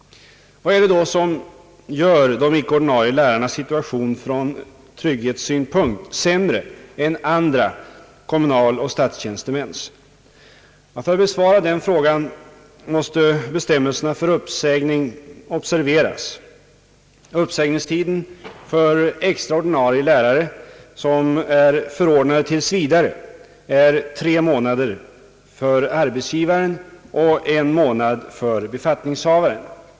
Vad är det då som gör de icke-ordinarie lärarnas situation från trygghetssynpunkt sämre än andra kommunaloch statstjänstemäns? För att besvara den frågan måste man observera bestämmelserna för uppsägning. Uppsägningstiden för extra-ordinarie lärare, som är förordnade tills vidare, är tre månader för arbetsgivaren och en månad för befattningshavaren.